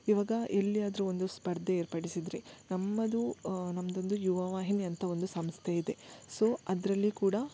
ಇವಾಗ ಎಲ್ಲಿಯಾದರು ಒಂದು ಸ್ಪರ್ಧೆ ಏರ್ಪಡಿಸಿದರೆ ನಮ್ಮದು ನಮ್ದೊಂದು ಯುವವಾಹಿನಿ ಅಂತ ಒಂದು ಸಂಸ್ಥೆ ಇದೆ ಸೊ ಅದರಲ್ಲಿ ಕೂಡ